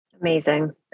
Amazing